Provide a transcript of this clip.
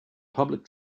public